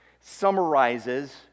summarizes